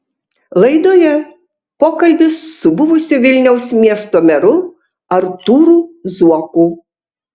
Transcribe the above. laidoje pokalbis su buvusiu vilniaus miesto meru artūru zuoku